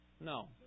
No